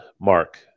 Mark